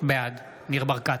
בעד ניר ברקת,